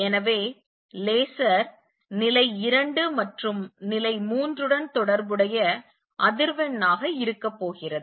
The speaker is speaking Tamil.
எனவே லேசர் நிலை 2 மற்றும் நிலை 3 உடன் தொடர்புடைய அதிர்வெண்ணாக இருக்க போகிறது